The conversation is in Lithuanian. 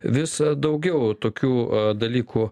vis daugiau tokių dalykų